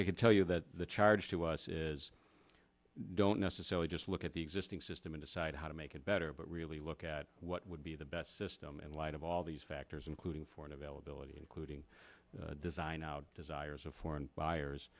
d tell you that the charge to us is don't necessarily just look at the existing system and decide how to make it better but really look at what would be the best system in light of all these factors including foreign availability including design out desires of foreign buyers